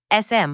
SM